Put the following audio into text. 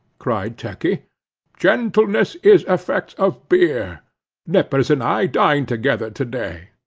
cried turkey gentleness is effects of beer nippers and i dined together to-day.